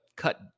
cut